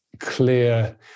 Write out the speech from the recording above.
clear